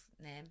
name